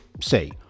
say